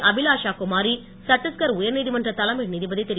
அபிலாஷா குமாரி சட்டீஸ்கர் உயர்நீதிமன்ற தலைமை நீதிபதி திரு